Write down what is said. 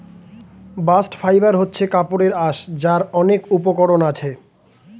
bast fibre হচ্ছে কাপড়ের আঁশ যার অনেক উপকরণ আছে